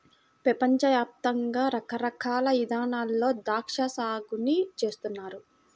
పెపంచ యాప్తంగా రకరకాల ఇదానాల్లో ద్రాక్షా సాగుని చేస్తున్నారు